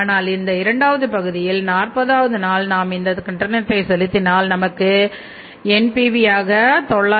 ஆனால் இந்த இரண்டாவது பகுதியில் 40வது நாள் நாம் இந்த கட்டணத்தை செலுத்தினால் நமக்கு NPV ஆக 9681